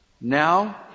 Now